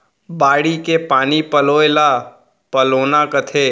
बाड़ी के पानी पलोय ल पलोना कथें